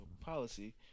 Policy